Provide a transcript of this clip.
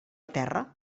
terra